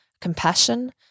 compassion